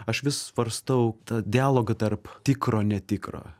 aš vis svarstau tą dialogą tarp tikro netikro